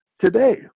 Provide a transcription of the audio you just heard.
today